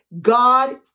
God